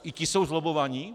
I ti jsou zlobbovaní?